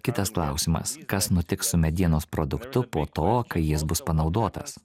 kitas klausimas kas nutiks su medienos produktu po to kai jis bus panaudotas